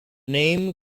name